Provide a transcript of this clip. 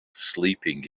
sleeping